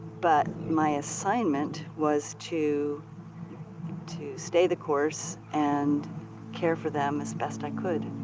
but my assignment was to to stay the course and care for them as best i could.